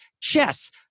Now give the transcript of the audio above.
chess